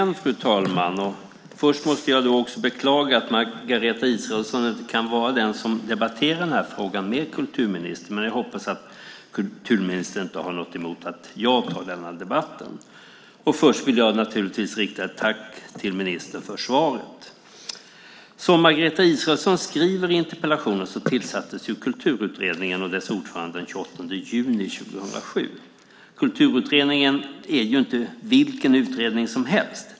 Fru talman! Först måste jag naturligtvis beklaga att Margareta Israelsson inte kan vara den som debatterar den här frågan med kulturministern. Jag hoppas att kulturministern inte har något emot att jag tar debatten, och jag vill givetvis rikta ett tack till ministern för svaret. Som Margareta Israelsson skriver i interpellationen tillsattes Kulturutredningen och dess ordförande den 28 juni 2007. Kulturutredningen är inte vilken utredning som helst.